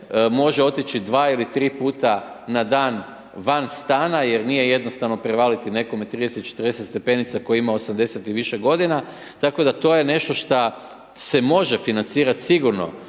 može otići dva ili tri puta na dan van stana jer nije jednostavno prevaliti nekome 30, 40 stepenica, koji ima 80 i više godina, tako da to je nešto šta se može financirat sigurno